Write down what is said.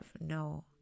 no